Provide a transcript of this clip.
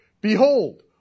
Behold